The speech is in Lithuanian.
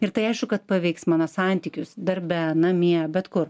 ir tai aišku kad paveiks mano santykius darbe namie bet kur